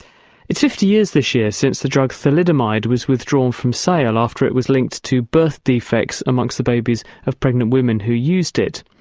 it's fifty years this year since the drug thalidomide was withdrawn from sale after it was linked to birth defects amongst the babies of pregnant women who used it.